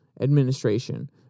administration